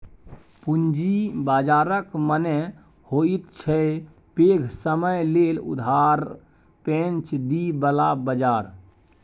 पूंजी बाजारक मने होइत छै पैघ समय लेल उधार पैंच दिअ बला बजार